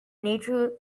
nature